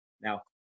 Now